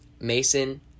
Mason